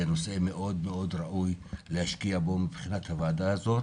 זה נושא מאוד מאוד ראוי להשקיע בו מבחינת הוועדה הזאת